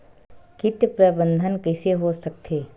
कीट प्रबंधन कइसे हो सकथे?